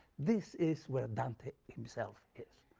this is where dante himself is.